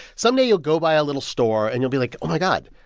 someday, you'll go by a little store, and you'll be like, oh, my god.